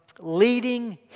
leading